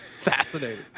fascinating